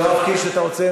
יואב קיש, אתה רוצה?